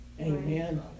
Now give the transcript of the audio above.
Amen